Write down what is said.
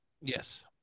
Yes